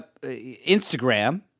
Instagram